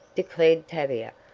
declared tavia.